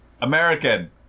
American